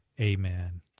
amen